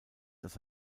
dass